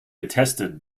attested